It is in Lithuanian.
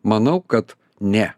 manau kad ne